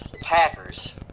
Packers